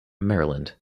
maryland